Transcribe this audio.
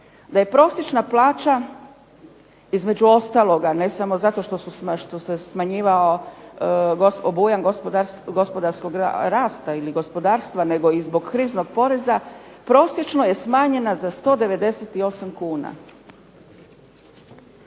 da je prosječna plaća, između ostaloga ne samo zato što se smanjivao obujam gospodarskog rasta ili gospodarstva nego i zbog kriznog poreza, prosječno je smanjena za 198 kuna.